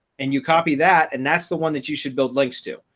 and you copy that, and that's the one that you should build links to.